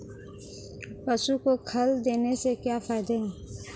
पशु को खल देने से क्या फायदे हैं?